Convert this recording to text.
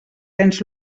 ens